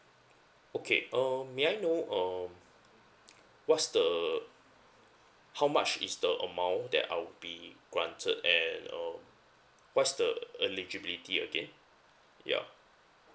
okay um may I know um what's the how much is the amount that I'll be granted and um what's the eligibility again ya